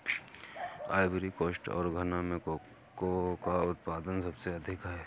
Ivory coast और घना में कोको का उत्पादन सबसे अधिक है